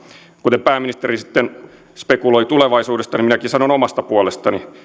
kuten pääministeri spekuloi tulevaisuudesta niin minäkin sanon omasta puolestani